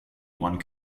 one